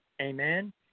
Amen